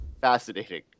fascinating